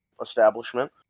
establishment